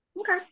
Okay